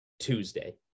Tuesday